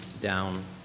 down